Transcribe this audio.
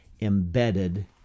embedded